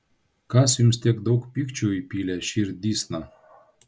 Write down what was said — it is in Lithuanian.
kas jums tiek daug pykčio įpylė širdysna